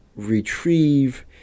retrieve